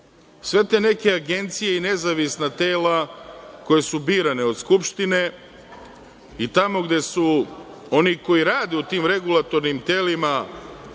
Sve te neke agencije i nezavisna tela koja su birana od Skupštine i tamo gde su oni koji rade u tim regulatornim telima